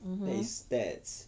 mmhmm